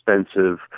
expensive